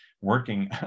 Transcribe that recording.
working